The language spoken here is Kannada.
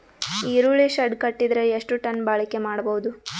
ಈರುಳ್ಳಿ ಶೆಡ್ ಕಟ್ಟಿದರ ಎಷ್ಟು ಟನ್ ಬಾಳಿಕೆ ಮಾಡಬಹುದು?